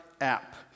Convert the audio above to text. App